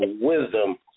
wisdom